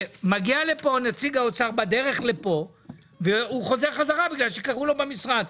אבל כשהגיע לפה נציג האוצר הוא חזר חזרה בגלל שקראו לו מהמשרד.